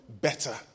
better